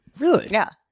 really? yeah.